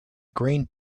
green